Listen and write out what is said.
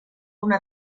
una